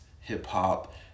hip-hop